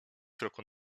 kroku